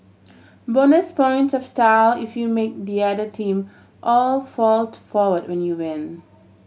bonus points of style if you make the other team all fall forward when you win